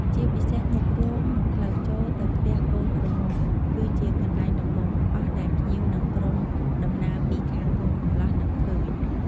ជាពិសេសមុខរោង និងផ្លូវចូលទៅផ្ទះកូនក្រមុំ គឺជាកន្លែងដំបូងបង្អស់ដែលភ្ញៀវ និងក្រុមដំណើរពីខាងកូនកំលោះនឹងឃើញ។